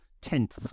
tenth